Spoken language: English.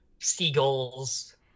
seagulls